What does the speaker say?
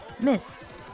Miss